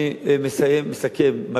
אני מסכם,